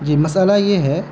جی مسئلہ یہ ہے